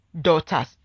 daughters